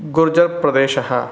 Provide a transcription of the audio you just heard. गुर्जर्प्रदेशः